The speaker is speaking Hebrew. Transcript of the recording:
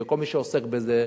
וכל מי שעוסק בזה,